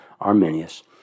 Arminius